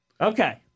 Okay